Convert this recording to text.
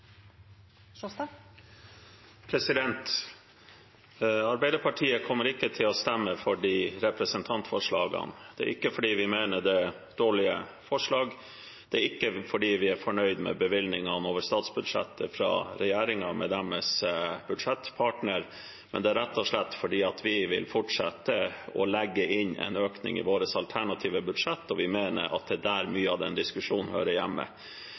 ikke fordi vi mener det er dårlige forslag, og det er ikke fordi vi er fornøyd med bevilgningene over statsbudsjettet fra regjeringen med deres budsjettpartner. Det er rett og slett fordi vi vil fortsette å legge inn en økning i vårt alternative budsjett, og vi mener det er der mye av diskusjonen hører hjemme.